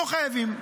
לא חייבים.